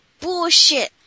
bullshit